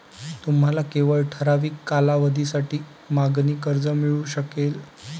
तुम्हाला केवळ ठराविक कालावधीसाठी मागणी कर्ज मिळू शकेल